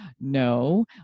no